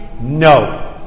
no